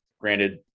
Granted